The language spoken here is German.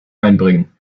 einbringen